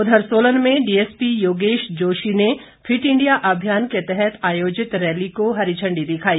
उधर सोलन में डीएसपी योगेश जोशी ने फिट इंडिया अभियान के तहत आयोजित रैली को हरी झंडी दिखाई